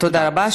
תודה רבה.